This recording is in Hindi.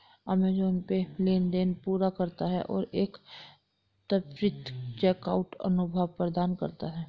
अमेज़ॅन पे लेनदेन पूरा करता है और एक त्वरित चेकआउट अनुभव प्रदान करता है